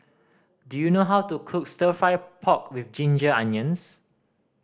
do you know how to cook Stir Fry pork with ginger onions